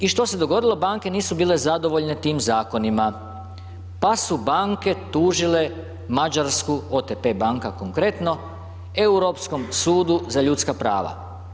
I što se dogodilo, banke nisu bile zadovoljne tim zakonima, pa su banke tužile Mađarsku OTP banka konkretno Europskom sudu za ljudska prava.